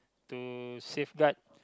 to safeguard